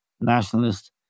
nationalist